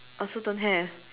I also don't have